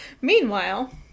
Meanwhile